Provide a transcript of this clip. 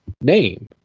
name